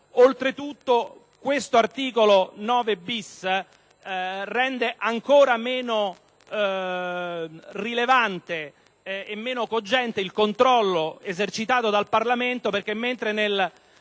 Oltretutto, l’articolo 9-bis rende ancora meno rilevante e meno cogente il controllo esercitato dal Parlamento: mentre infatti